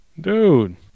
dude